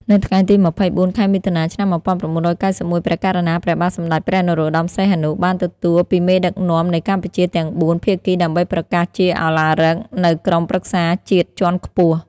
នៅថ្ងៃទី២៤ ខែមិថុនា ឆ្នាំ១៩៩១ ព្រះករុណាព្រះបាទសម្តេចព្រះនរោត្តម សីហនុ បាន ទទួលពីមេដឹកនាំនៃកម្ពុជាទំាង៤ ភាគីដើម្បីប្រកាសជាឧឡារិក នូវក្រុមប្រឹក្សាជាតិជាន់ខ្ពស់ ។